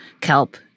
Kelp